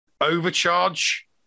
overcharge